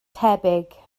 tebyg